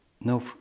No